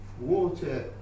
water